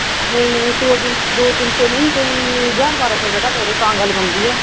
नेईं नेईं सौ तिन दो तिन सौ निं कोई ज्हार बारां सौ रपेआ घट्ट करो तां गल्ल बनदी ऐ